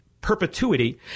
perpetuity